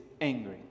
angry